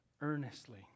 earnestly